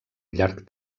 llarg